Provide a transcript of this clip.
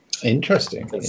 Interesting